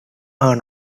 are